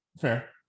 Fair